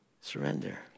Surrender